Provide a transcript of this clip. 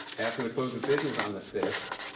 after the close of business on the fifth,